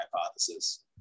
hypothesis